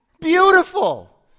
Beautiful